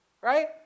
right